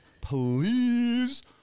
Please